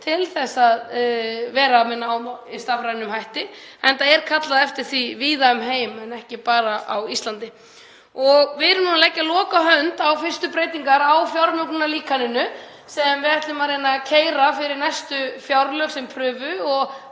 til að vera með nám með stafrænum hætti, enda er kallað eftir því víða um heim en ekki bara á Íslandi. Við erum að leggja lokahönd á fyrstu breytingar á fjármögnunarlíkaninu sem við ætlum að reyna að keyra fyrir næstu fjárlög sem prufu og